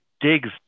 digs